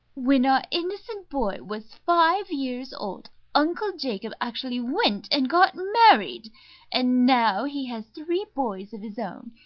when our innocent boy was five years old uncle jacob actually went and got married and now he has three boys of his own.